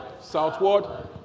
southward